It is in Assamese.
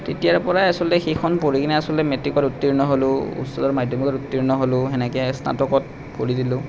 তেতিয়াৰ পৰাই আচলতে সেইখন পঢ়ি কিনে আচলতে মেট্ৰিকত উত্তীৰ্ণ হ'লোঁ উচ্চতৰ মাধ্যমিকত উত্তীৰ্ণ হ'লোঁ সেনেকৈ স্নাতকত ভৰি দিলোঁ